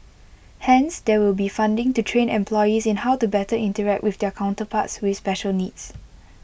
hence there will be funding to train employees in how to better interact with their counterparts with special needs